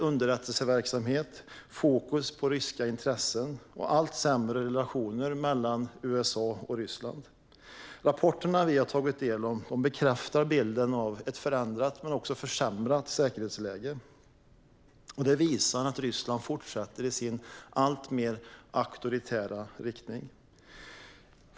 Underrättelseverksamheten har ökat, och man har ett fokus på ryska intressen. Relationen mellan USA och Ryssland blir allt sämre. De rapporter som vi har tagit del av bekräftar bilden av ett förändrat men också ett försämrat säkerhetsläge. De visar att Ryssland fortsätter i sin alltmer auktoritära riktning.